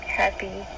happy